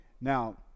now